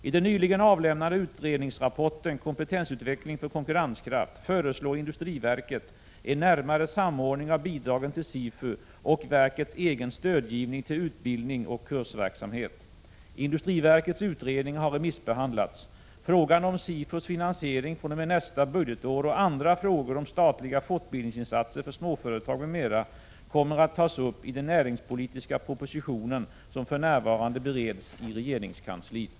I den nyligen avlämnade utredningsrapporten ”Kompetensutveckling för konkurrenskraft” föreslår industriverket en närmare samordning av bidragen till SIFU och verkets egen stödgivning till utbildning och kursverksamhet. Industriverkets utredning har remissbehandlats. Frågan om SIFU:s finansiering fr.o.m. nästa budgetår och andra frågor om statliga fortbildningsinsatser för småföretag m.m. kommer att tas upp i den näringspolitiska proposition som för närvarande bereds i regeringskansliet.